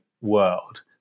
world